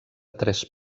tres